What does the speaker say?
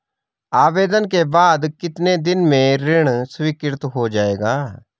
आवेदन के बाद कितने दिन में ऋण स्वीकृत हो जाएगा?